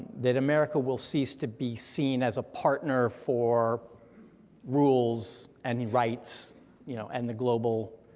that america will cease to be seen as a partner for rules and rights, you know and the global